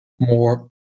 more